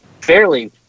fairly